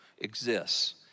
exists